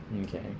Okay